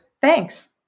Thanks